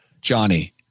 Johnny